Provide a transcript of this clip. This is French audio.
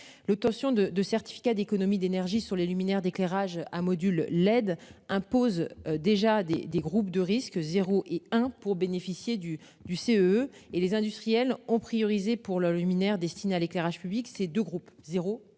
l'obtention de de certificats d'économie d'énergie sur les luminaires d'éclairage à modules LED imposent. Déjà des, des groupes de risque, 0 et 1 pour bénéficier du du CE et les industriels ont priorisé pour le luminaire destinée à l'éclairage public ces 2 groupes 0 et